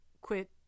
quit